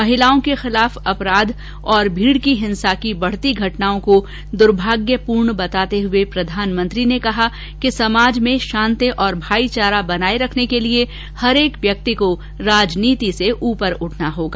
महिलाओं के खिलाफ अपराध और भीड़ की हिंसा की बढ़ती घटनाओं को दुर्भाग्यपूर्ण बताते हुए प्रधानमंत्री ने कहा कि समाज में शांति और भाईचारा बनाए रखने के लिए हरेक व्यक्ति को राजनीति से ऊपर उठना होगा